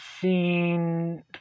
seen